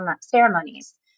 ceremonies